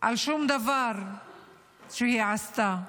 על שום דבר שהיא עשתה,